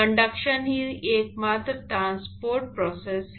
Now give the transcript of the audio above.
conduction ही एकमात्र transport process है